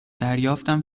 دریافتم